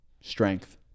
Strength